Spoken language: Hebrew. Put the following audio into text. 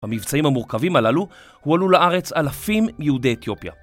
במבצעים המורכבים הללו הועלו לארץ אלפים מיהודי אתיופיה.